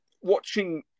watching